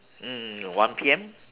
mm mm one P_M